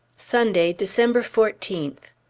sunday, december fourteenth.